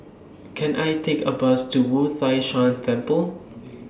Can I Take A Bus to Wu Tai Shan Temple